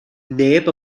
neb